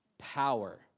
power